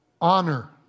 honor